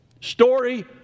Story